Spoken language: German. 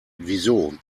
wieso